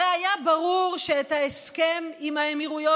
הרי היה ברור שאת ההסכם עם האמירויות,